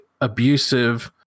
abusive